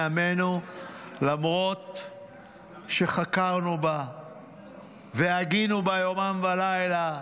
עמנו למרות שחקרנו בה והגינו בה יומם בלילה,